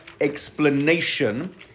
explanation